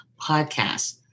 podcast